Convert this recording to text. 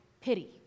pity